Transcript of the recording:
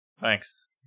Thanks